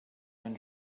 than